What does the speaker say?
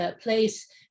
place